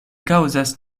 kaŭzas